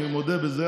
אני מודה בזה,